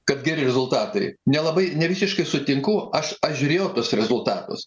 kad geri rezultatai nelabai nevisiškai sutinku aš aš žiūrėjau tuos rezultatus